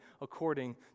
according